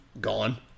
gone